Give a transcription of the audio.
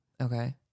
Okay